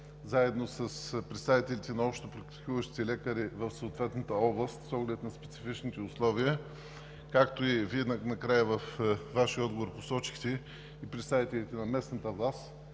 заедно с представителите на общопрактикуващите лекари в съответната област, с оглед на специфичните условия, както посочихте накрая във Вашия отговор, и представителите на местната власт,